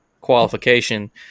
qualification